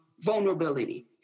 vulnerability